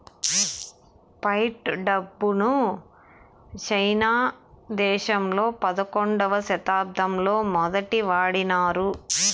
fight డబ్బును సైనా దేశంలో పదకొండవ శతాబ్దంలో మొదటి వాడినారు